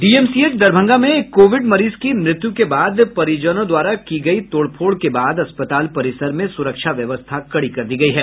DMCH Darbhanga में एक Covid मरीज की मृत्यु के बाद परिजनों द्वारा की गयी तोड़फोड़ के बाद अस्पताल परिसर में सुरक्षा व्यवस्था कड़ी कर दी गयी है